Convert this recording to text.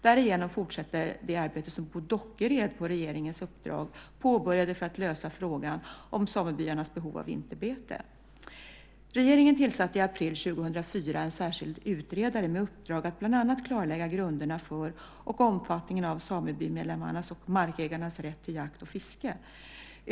Därigenom fortsätter det arbete som Bo Dockered på regeringens uppdrag påbörjade för att lösa frågan om samebyarnas behov av vinterbete. Regeringen tillsatte i april 2004 en särskild utredare med uppdrag att bland annat klarlägga grunderna för och omfattningen av samebymedlemmars och markägares rätt till jakt och fiske.